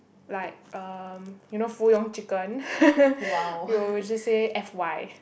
like um you know Fuyong chicken we'll we'll just say F_Y